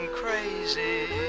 crazy